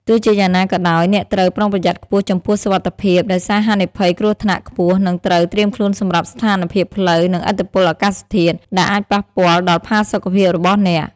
ទោះជាយ៉ាងណាក៏ដោយ អ្នកត្រូវ ប្រុងប្រយ័ត្នខ្ពស់ចំពោះសុវត្ថិភាព ដោយសារហានិភ័យគ្រោះថ្នាក់ខ្ពស់ និងត្រូវ ត្រៀមខ្លួនសម្រាប់ស្ថានភាពផ្លូវ និងឥទ្ធិពលអាកាសធាតុ ដែលអាចប៉ះពាល់ដល់ផាសុកភាពរបស់អ្នក។